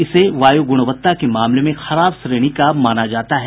इसे वायु गुणवत्ता के मामले में खराब श्रेणी का माना जाता है